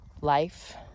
life